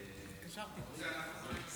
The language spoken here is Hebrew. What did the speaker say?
תודה.